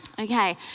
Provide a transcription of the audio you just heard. Okay